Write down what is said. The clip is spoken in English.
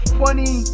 funny